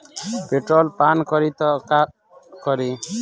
Petrol पान करी त का करी?